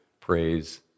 praise